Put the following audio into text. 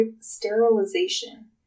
sterilization